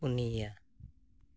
ᱯᱩᱱᱭᱟ